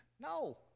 No